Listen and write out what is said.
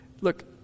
Look